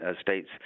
states